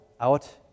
out